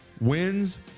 wins